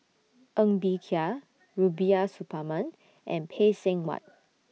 Ng Bee Kia Rubiah Suparman and Phay Seng Whatt